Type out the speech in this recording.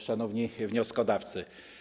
Szanowni Wnioskodawcy!